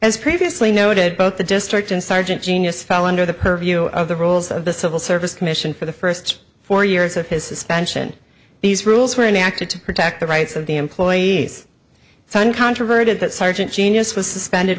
as previously noted both the district and sergeant genius fell under the purview of the rules of the civil service commission for the first four years of his suspension these rules were enacted to protect the rights of the employees so uncontroverted that sergeant genius was suspended